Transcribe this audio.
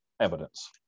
evidence